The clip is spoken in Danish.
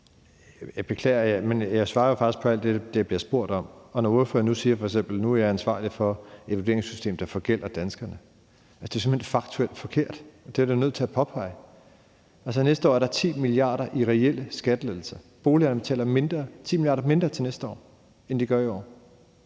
Jeg beklager, men jeg svarer faktisk på alt det, jeg bliver spurgt om. Når ordføreren nu f.eks. siger, at jeg er ansvarlig for et vurderingssystem, der forgælder danskerne, er det simpelt hen faktuelt forkert. Det er jeg da nødt til at påpege. Altså, næste år er der 10 mia. kr. i reelle skattelettelser; boligejerne betaler 10 mia. kr. mindre næste år, end de gør i år.